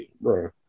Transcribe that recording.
Bro